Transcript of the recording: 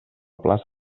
plaça